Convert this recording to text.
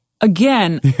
Again